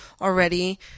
already –